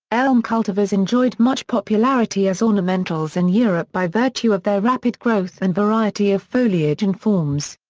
elm cultivars enjoyed much popularity as ornamentals in europe by virtue of their rapid growth and variety of foliage and forms.